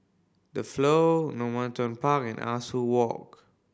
The Flow Normanton Park and Ah Soo Walk